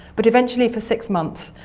but eventually for six months.